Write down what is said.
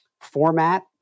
format